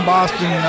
Boston